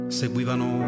seguivano